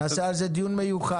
נעשה על זה דיון מיוחד.